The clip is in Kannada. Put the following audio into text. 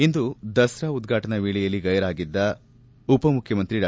ಇಂದು ದಸರಾ ಉದ್ವಾಟನಾ ವೇಳೆಯಲ್ಲಿ ಗೈರಾಗಿದ್ದ ಉಪಮುಖ್ಯಮಂತ್ರಿ ಡಾ